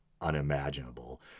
unimaginable